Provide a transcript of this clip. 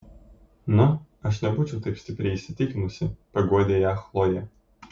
na aš nebūčiau taip stipriai įsitikinusi paguodė ją chlojė